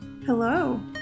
Hello